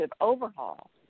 overhaul